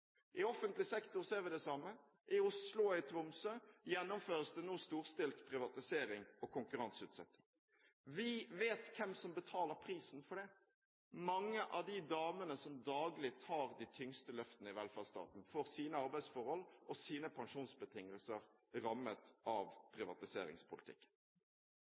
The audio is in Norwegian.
I offentlig sektor ser vi det samme. I Oslo og i Tromsø gjennomføres det nå storstilt privatisering og konkurranseutsetting. Vi vet hvem som betaler prisen for det. Mange av de damene som daglig tar de tyngste løftene i velferdsstaten, får sine arbeidsforhold og sine pensjonsbetingelser rammet av